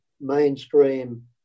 mainstream